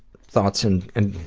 thoughts and and